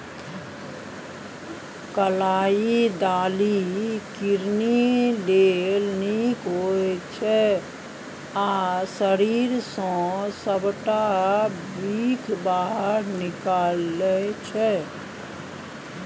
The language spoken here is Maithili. कलाइ दालि किडनी लेल नीक होइ छै आ शरीर सँ सबटा बिख बाहर निकालै छै